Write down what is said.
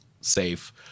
safe